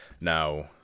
Now